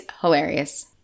hilarious